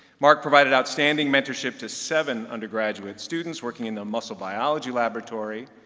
mark provided outstanding mentorship to seven undergraduate students, working in the muscle biology laboratory.